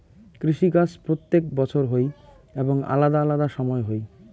কৃষি কাজ প্রত্যেক বছর হই এবং আলাদা আলাদা সময় হই